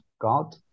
god